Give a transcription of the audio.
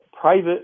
private